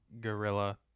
gorilla